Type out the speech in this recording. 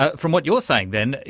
ah from what you're saying then,